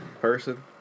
person